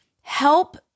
Help